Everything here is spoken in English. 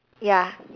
ya